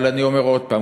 אבל אני אומר עוד הפעם,